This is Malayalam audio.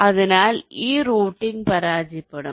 അതിനാൽ ഈ റൂട്ടിംഗ് പരാജയപ്പെടും